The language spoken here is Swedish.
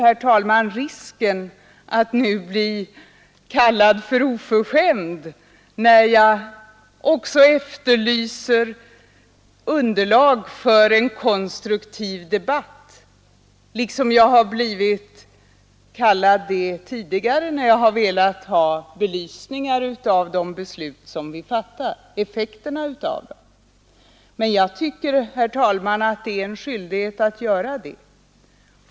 Jag löper risken att nu bli kallad för oförskämd när jag efterlyser underlag för en konstruktiv debatt, liksom jag har blivit kallad det tidigare när jag har velat ha belysning av effekterna av de beslut som vi fattar. Men jag tar den risken. Jag tycker, herr talman, att det är min skyldighet att göra det.